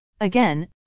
Again